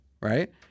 right